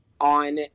on